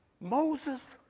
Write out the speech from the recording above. Moses